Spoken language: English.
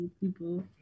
people